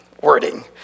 wording